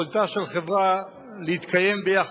יכולתה של חברה להתקיים יחד,